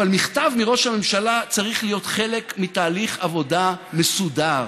אבל מכתב מראש הממשלה צריך להיות חלק מתהליך עבודה מסודר,